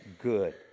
good